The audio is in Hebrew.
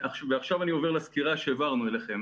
עכשיו אני עובר לסקירה שהעברנו אליכם.